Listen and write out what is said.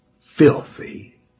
filthy